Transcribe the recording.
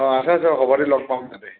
অ' আছে আছে সভাপতিক লগ পাম তাতে